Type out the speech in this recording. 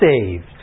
saved